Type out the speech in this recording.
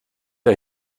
der